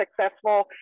successful